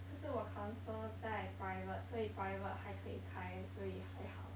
可是我 counsel 在 private 所以 private 还可以开所以还好